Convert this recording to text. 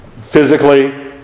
Physically